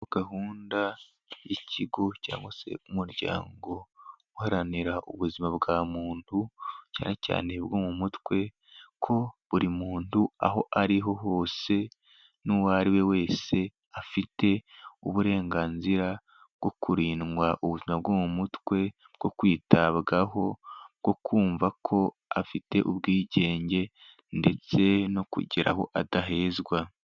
Gahunda yikigo cyangwa se umuryango uharanira ubuzima bwa muntu, cyane cyane bwo mu mutwe, ko buri muntu, aho ari hose n'uwo ari we wese, afite uburenganzira bwo kurindwa ubuzima bwo mu mutwe bwo kwitabwaho, bwo kumva ko afite ubwigenge, ndetse no kugira abo adahezwa.